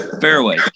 Fairway